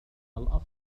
الأفضل